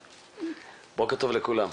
בוקר טוב לכולם.